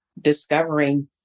discovering